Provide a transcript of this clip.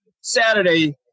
Saturday